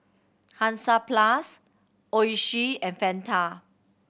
Hansaplast Oishi and Fanta